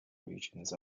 regions